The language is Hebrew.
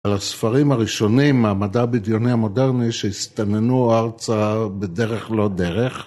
על הספרים הראשונים, המדע בדיוני המודרני, שהסתננו ארצה בדרך לא דרך.